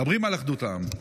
מדברים על אחדות העם.